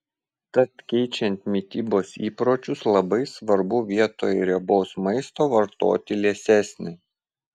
tad keičiant mitybos įpročius labai svarbu vietoj riebaus maisto vartoti liesesnį